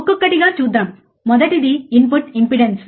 ఒక్కొక్కటిగా చూద్దాం మొదటిది ఇన్పుట్ ఇంపెడెన్స్